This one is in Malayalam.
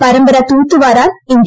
പരമ്പര തൂത്തുവാരാൻ ഇന്ത്യ